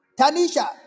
Tanisha